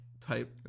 type